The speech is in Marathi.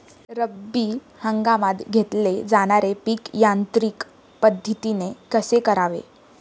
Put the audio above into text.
रब्बी हंगामात घेतले जाणारे पीक यांत्रिक पद्धतीने कसे करावे?